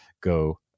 go